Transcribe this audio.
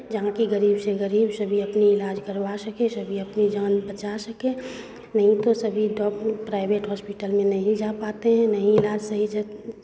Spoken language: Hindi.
जहाँ की गरीब से गरीब सभी अपनी इलाज करवा सके सभी अपनी जान बचा सके नहीं तो सभी प्राइवेट हॉस्पिटल में नहीं जा पाते हैं नहीं इलाज सही से